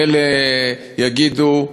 ואלה יגידו: